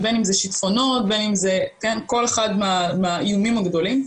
בין אם זה שטפונות, כל אחד מהאיומים הגדולים.